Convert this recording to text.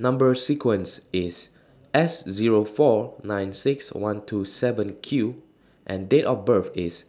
Number sequence IS S Zero four nine six one two seven Q and Date of birth IS